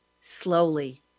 slowly